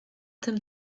tym